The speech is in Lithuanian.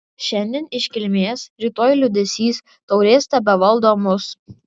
šiandien iškilmės rytoj liūdesys taurės tebevaldo mus